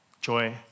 joy